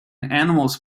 animals